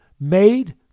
made